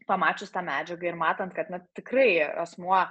pamačius tą medžiagą ir matant kad na tikrai asmuo